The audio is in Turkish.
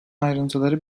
ayrıntıları